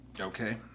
Okay